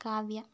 Kavya